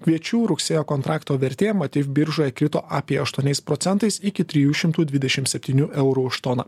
kviečių rugsėjo kontrakto vertė mativ biržoje krito apie aštuoniais procentais iki trijų šimtų dvidešim septynių eurų už toną